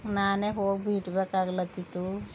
ನಾನೇ ಹೋಗಿ ಬೀಟ್ಬೇಕಾಗ್ಲಾತಿತು